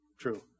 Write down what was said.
true